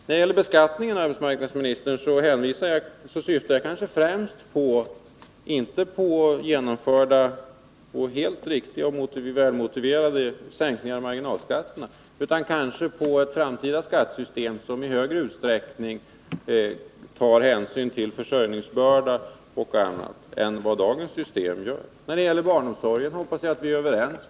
När det gäller beskattningen syftade jag kanske inte främst på genomförda, helt riktiga och välmotiverade sänkningar av marginalskatterna utan mera på ett framtida skattesystem, som i större utsträckning tar hänsyn till försörjningsbörda och annat än vad dagens system gör. När det gäller barnomsorgen hoppas jag att vi är överens.